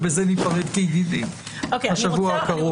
ובזה ניפרד כידידים לשבוע הקרוב.